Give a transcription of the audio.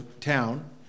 town